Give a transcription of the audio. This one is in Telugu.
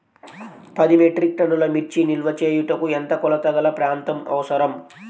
పది మెట్రిక్ టన్నుల మిర్చి నిల్వ చేయుటకు ఎంత కోలతగల ప్రాంతం అవసరం?